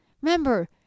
Remember